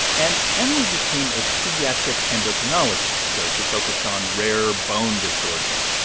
and emily became a pediatric endocrinologist, so she focused on rare bone disorders.